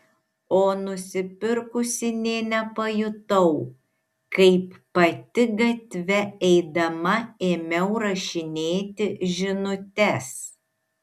o nusipirkusi nė nepajutau kaip pati gatve eidama ėmiau rašinėti žinutes